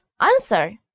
answer